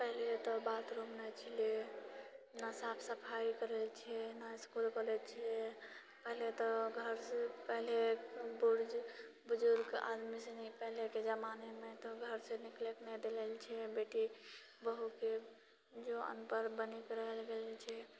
पहिले तऽ बाथरूम नहि छलिऐ नहि साफ सफाइ करल छिऐ नहि इसकुल कॉलेज छिऐ पहिले तऽ घरसँ पहिले बुर्ज बुजुर्ग आदमीसँ नहि पहिलेके जमानेमे तो घरसँ निकलैक नहि देलल छै बेटी बहूके जो अनपढ़ बनिके रहल गेल छै